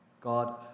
God